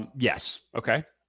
yes. okay.